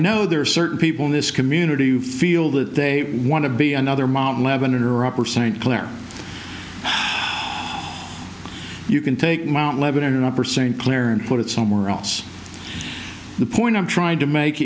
know there are certain people in this community who feel that they want to be another mom eleven or upper st clair you can take mount lebanon up or st clair and put it somewhere else the point i'm trying to make